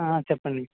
చెప్పండి